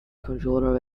controller